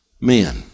men